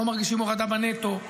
לא מרגישים הורדה בנטו,